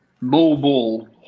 mobile